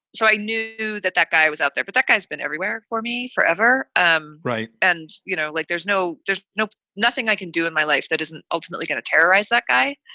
so i knew that that guy was out there. but that guy's been everywhere for me forever. um right. and, you know, like, there's no there's no nothing i can do in my life that isn't ultimately going to terrorize that guy.